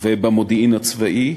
ובמודיעין הצבאי,